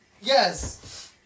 Yes